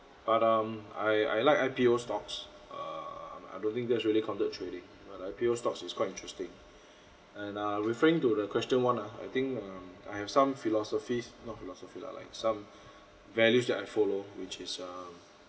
but um I I like I_P_O stocks err I don't think that's really counter trading but I_P_O stocks is quite interesting and uh referring to the question one ah I think um I have some philosophies not philosophy lah like some values that I follow which is uh